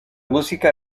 música